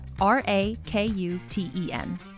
R-A-K-U-T-E-N